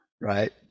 right